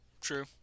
true